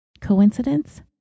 Coincidence